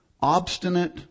obstinate